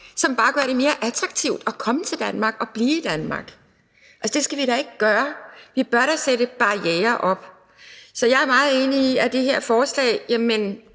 som bare gør det mere attraktivt at komme til Danmark og blive i Danmark? Altså, det skal vi da ikke gøre. Vi bør da sætte barrierer op. Så jeg er meget enig i det her forslag. Ja,